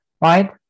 right